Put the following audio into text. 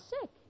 sick